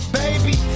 baby